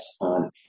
on